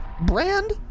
brand